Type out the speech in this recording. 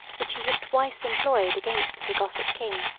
which he had twice employed against the gothic king,